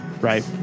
Right